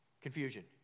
Confusion